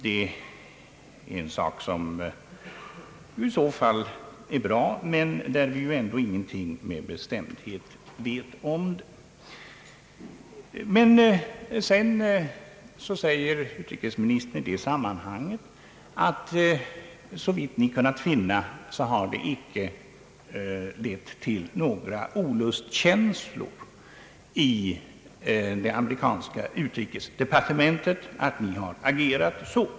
Det är i så fall bra, men vi vet ju ingenting med bestämdhet därom. Sedan säger utrikesministern i det sammanhanget, att såvitt han kunnat finna har vårt agerande icke lett till några olustkänslor i det amerikanska utrikesdepartementet.